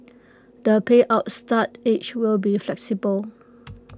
the payout start age will be flexible